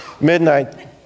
midnight